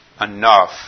enough